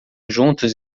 juntos